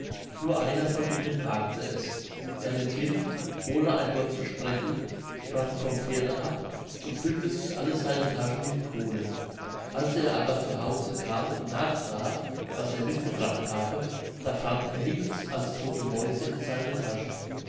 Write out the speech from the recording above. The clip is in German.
nur einer von ihnen wagte es er ritt hin ohne ein wort zu sprechen sprang vom pferde ab und füllte sich alle seine taschen mit kohlen als er aber zu hause kam und nachsah was er mitgebracht habe da fand er nichts als todte mäuse in seinen taschen